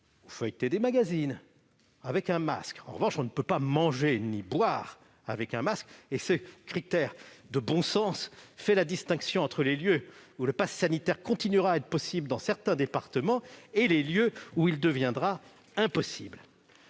ou feuilleter des magazines avec un masque. En revanche, on ne peut ni manger ni boire avec un masque, et ce critère de bon sens fait la distinction entre les lieux où le passe sanitaire continuera à être possible dans certains départements et les lieux où il deviendra impossible.